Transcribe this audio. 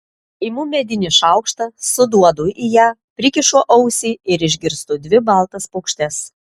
imu medinį šaukštą suduodu į ją prikišu ausį ir išgirstu dvi baltas paukštes